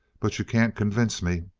but you can't convince me.